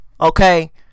okay